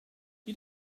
you